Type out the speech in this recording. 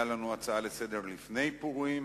היתה לנו הצעה לסדר-היום לפני פורים,